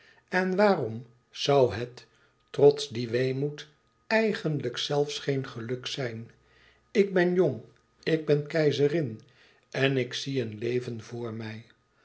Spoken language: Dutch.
en waarom zoû het trots dien weemoed eigenlijk zelfs geen geluk zijn ik ben jong ik ben keizerin en ik zie een leven voor mij